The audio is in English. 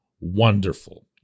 wonderful